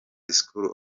school